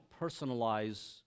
personalize